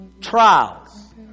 Trials